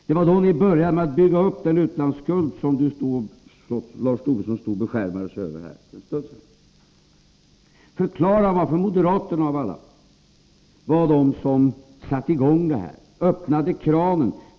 Det var då ni började bygga upp den utlandsskuld som Lars Tobisson stod och beskärmade sig över för en stund sedan. Förklara varför moderaterna av alla var de som satte i gång detta, öppnade kranen.